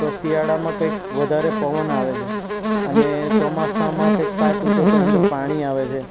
તો શિયાળામાં કંઈક વધારે પવન આવે છે અને ચોમાસામાં કે કંઈક કાચ તૂટે તો અંદર પાણી આવે છે